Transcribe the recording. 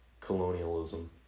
colonialism